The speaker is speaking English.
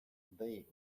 they